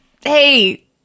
Hey